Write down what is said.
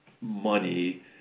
money